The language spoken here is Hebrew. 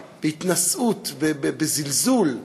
בהתנשאות, בזלזול,